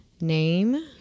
name